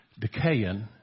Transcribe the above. decaying